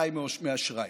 חי מאשראי,